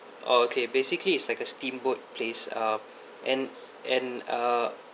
oo okay basically it's like a steamboat place uh and and uh